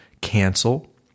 cancel